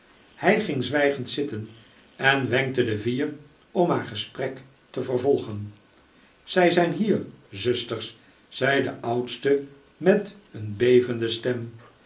hij ging zwijgend zitten en wenkte de vier om haar gesprek te vervolgen zij zijn hier zusters zei de oudste met een bevende stem